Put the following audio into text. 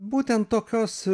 būtent tokios